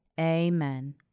Amen